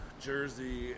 Jersey